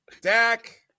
Dak